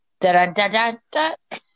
Da-da-da-da-da